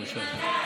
מאושר, מאושר.